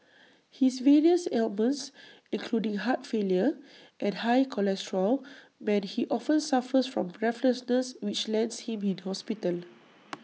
his various ailments including heart failure and high cholesterol mean he often suffers from breathlessness which lands him in hospital